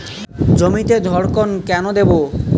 জমিতে ধড়কন কেন দেবো?